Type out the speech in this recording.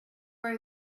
for